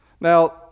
Now